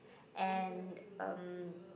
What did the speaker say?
and um